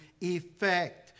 effect